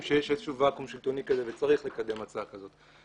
שיש איזשהו וואקום שלטוני כזה וצריך לקדם הצעה כזאת.